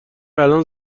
الان